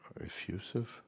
effusive